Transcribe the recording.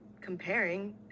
comparing